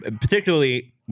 Particularly